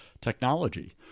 technology